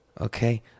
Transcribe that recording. Okay